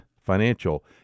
financial